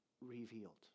revealed